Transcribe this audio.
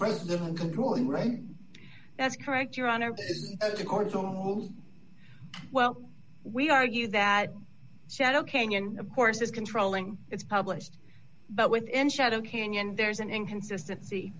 president controlling right that's correct your honor is well we argue that shadow canyon of course is controlling it's published but within shadow canyon there's an inconsistency